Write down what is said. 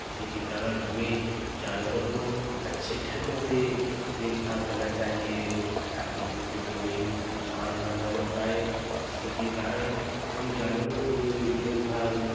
इसी के कारण हमें जानवरों को अच्छे ढंग से देखभाल करना चाहिए ताकि हमको कोई नुकसान ना पहुँच पाए इसी के कारण हम जानवरों को देखभाल